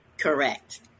Correct